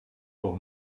pour